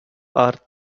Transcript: earth